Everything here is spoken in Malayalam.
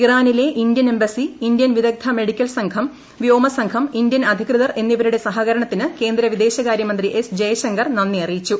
ഇറാനിലെ ഇന്ത്യൻ എംബസി ഇന്ത്യൻ വിദഗ്ധ മെഡിക്കൽ സംഘം വ്യോമ സംഘം ഇന്ത്യൻ അധികൃതർ എന്നിവരുടെ സഹകരണത്തിന് കേന്ദ്ര വിദേശകാര്യമന്ത്രി എസ് ജയ്ശങ്കർ നന്ദി അറിയിച്ചു